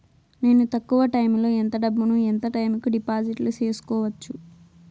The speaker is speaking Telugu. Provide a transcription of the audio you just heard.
నేను తక్కువ టైములో ఎంత డబ్బును ఎంత టైము కు డిపాజిట్లు సేసుకోవచ్చు?